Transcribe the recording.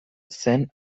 zen